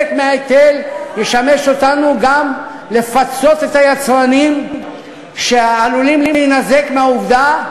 חלק מההיטל ישמש אותנו גם לפצות את היצרנים שעלולים להינזק מהעובדה,